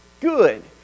good